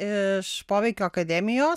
iš poveikio akademijos